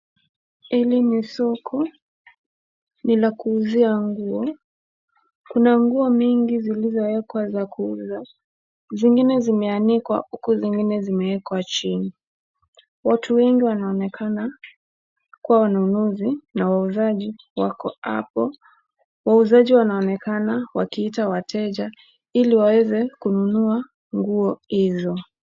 Hili ni soko ni la kuuzia nguo kuna nguo mingi zilizoekwa za kuuzwa zingine zimeanikwa huku zingine zimewekwa chini watu wengi wanaonekana kuwa wanunuzi na wauzaji wako hapo. Wauzaji wanaoneka wakiita wateja ili waweze kununua nguo hizo.